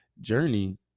journey